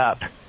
up